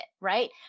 right